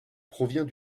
provient